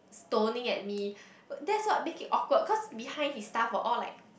stoning at me that's what make it awkward cause behind his staff were all like